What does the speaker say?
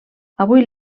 avui